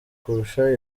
kurusha